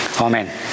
Amen